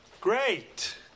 great